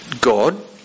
god